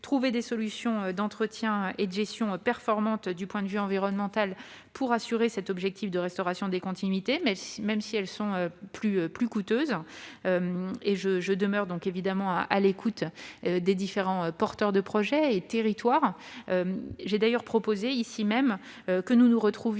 trouver des solutions d'entretien et de gestion performantes du point de vue environnemental pour assurer cet objectif de restauration des continuités, même si ces dernières sont plus coûteuses. Je demeure évidemment à l'écoute des différents porteurs de projet. J'ai d'ailleurs proposé que nous nous retrouvions